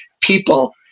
people